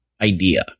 idea